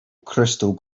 crystal